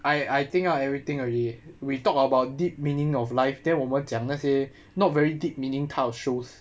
I I think out everything already we talked about deep meaning of life then 我们讲那些 not very deep meaning type of shows